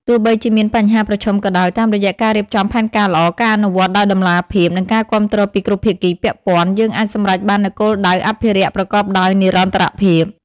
ទោះបីជាមានបញ្ហាប្រឈមក៏ដោយ តាមរយៈការរៀបចំផែនការល្អ ការអនុវត្តដោយតម្លាភាព និងការគាំទ្រពីគ្រប់ភាគីពាក់ព័ន្ធ យើងអាចសម្រេចបាននូវគោលដៅអភិរក្សប្រកបដោយនិរន្តរភាព។